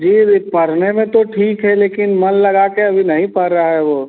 जी वह पढ़ने में तो ठीक है लेकिन मन लगाकर अभी नहीं पढ़ रहा है वह